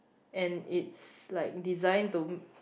and it's like designed to